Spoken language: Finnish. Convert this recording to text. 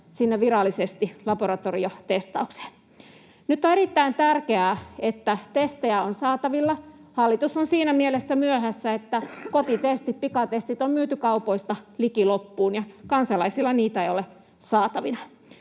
virallisesti laboratoriotestaukseen. Nyt on erittäin tärkeää, että testejä on saatavilla. Hallitus on siinä mielessä myöhässä, että kotitestit, pikatestit on myyty kaupoista liki loppuun ja kansalaisilla ei ole niitä saatavilla.